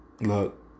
look